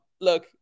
look